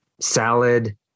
salad